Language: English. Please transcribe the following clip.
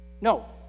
No